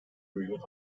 milyon